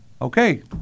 Okay